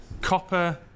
Copper